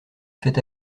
fait